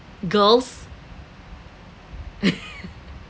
girls